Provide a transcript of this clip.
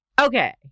Okay